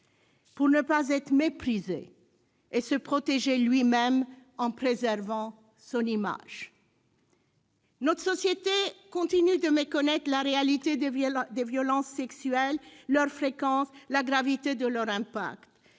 pour ne pas être méprisé et pour se protéger lui-même en préservant son image. » Notre société continue de méconnaître la réalité des violences sexuelles, leur fréquence, la gravité de leur impact